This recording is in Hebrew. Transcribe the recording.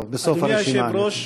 אדוני היושב-ראש,